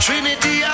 Trinity